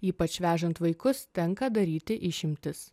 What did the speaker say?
ypač vežant vaikus tenka daryti išimtis